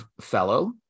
fellow